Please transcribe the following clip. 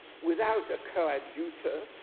without a coadjutor,